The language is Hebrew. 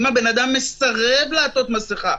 אם הבן-אדם מסרב לעטות מסכה.